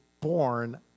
born